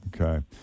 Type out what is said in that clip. Okay